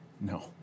No